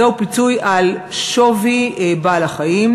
זהו פיצוי על שווי בעל-החיים,